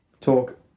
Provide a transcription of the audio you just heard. talk